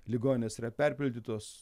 ligoninės yra perpildytos